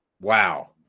Wow